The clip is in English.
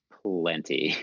plenty